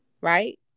right